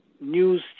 news